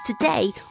today